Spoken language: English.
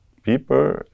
people